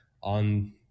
on